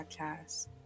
Podcast